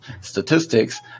statistics